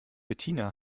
bettina